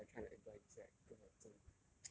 as much as I try to enjoy this right 真的真的